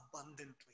abundantly